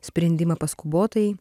sprendimą paskubotai